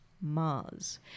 Mars